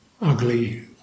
ugly